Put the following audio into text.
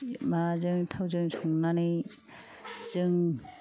माबाजों थावजों संनानै जों